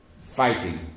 fighting